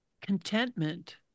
contentment